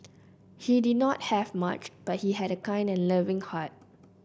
he did not have much but he had a kind and loving heart